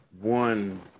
one